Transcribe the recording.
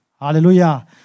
Hallelujah